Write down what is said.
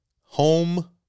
home